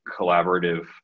collaborative